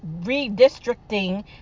redistricting